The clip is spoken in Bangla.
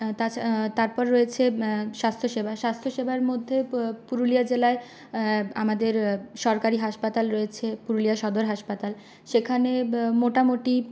তাছাড়া তারপর রয়েছে স্বাস্থ্যসেবা স্বাস্থ্যসেবার মধ্যে পুরুলিয়া জেলায় আমাদের সরকারি হাসপাতাল রয়েছে পুরুলিয়া সদর হাসপাতাল সেখানে মোটামোটি